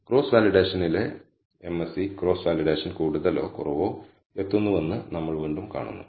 cross വാലിഡേഷനിലെ MSE cross validation കൂടുതലോ കുറവോ എത്തുന്നുവെന്ന് നമ്മൾ വീണ്ടും കാണുന്നു